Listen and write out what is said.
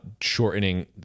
shortening